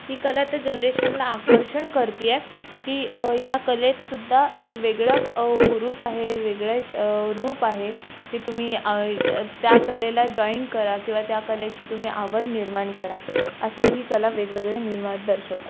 ही कला त्या जनरेशला आकर्षण करती आहे की ह्या कलेतसुद्धा एक वेगळं हुरूप आहे वेगळे एक रूप आहे की तुम्ही त्या कलेला जॉईन करा किवा त्या कलेची तुम्ही आवड निर्माण करा असं ही कला वेगवेगळ्या निर्मात दर्शवते